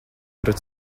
pret